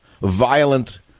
violent